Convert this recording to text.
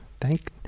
thank